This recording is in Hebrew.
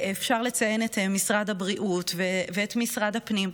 אפשר לציין את משרד הבריאות ואת משרד הפנים,